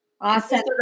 Awesome